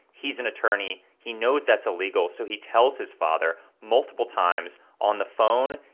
he's an attorney. he knows that's illegal so he tells his father multiple times on the phone,